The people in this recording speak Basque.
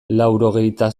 laurogehita